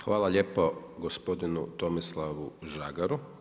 Hvala lijepo gospodinu Tomislavu Žagaru.